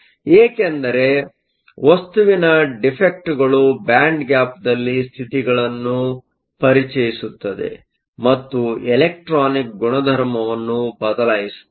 ಏಕೆಂದರೆ ವಸ್ತುವಿನ ಡಿಫೆಕ್ಟ್ಗಳು ಬ್ಯಾಂಡ್ ಗ್ಯಾಪ್Band gap ದಲ್ಲಿ ಸ್ಥಿತಿಗಳನ್ನು ಪರಿಚಯಿಸುತ್ತದೆ ಮತ್ತು ಎಲೆಕ್ಟ್ರಾನಿಕ್ ಗುಣಧರ್ಮವನ್ನು ಬದಲಾಯಿಸುತ್ತದೆ